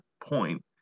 point